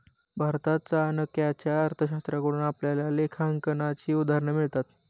भारतात चाणक्याच्या अर्थशास्त्राकडून आपल्याला लेखांकनाची उदाहरणं मिळतात